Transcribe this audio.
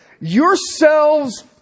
Yourselves